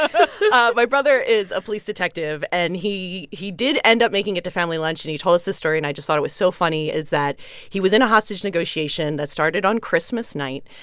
ah ah my brother is a police detective. and he he did end up making it to family lunch. and he told us this story. and i just thought it was so funny that he was in a hostage negotiation that started on christmas night.